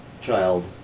child